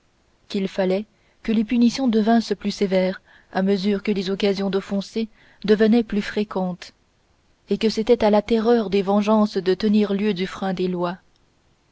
qu'il fallait que les punitions devinssent plus sévères à mesure que les occasions d'offenser devenaient plus fréquentes et que c'était à la terreur des vengeances de tenir lieu du frein des lois